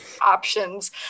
options